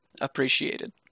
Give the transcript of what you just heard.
appreciated